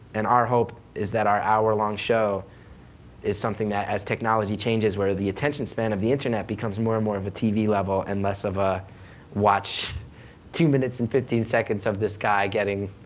and our hope is that our hour long show is something that, as technology changes where the attention span of the internet becomes more and more of a tv level and less of a watch two minutes and fifteen seconds of this guy getting,